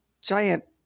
giant